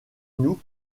nous